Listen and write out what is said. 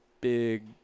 big